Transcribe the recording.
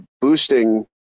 boosting